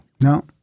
No